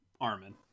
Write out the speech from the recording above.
Armin